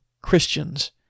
Christians